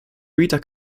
rita